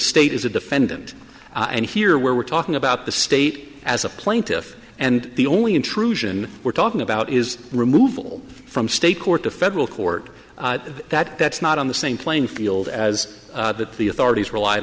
state is a defendant and here we're talking about the state as a plaintiff and the only intrusion we're talking about is removal from state court to federal court that that's not on the same playing field as that the authorities relied